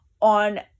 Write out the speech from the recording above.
On